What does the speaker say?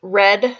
red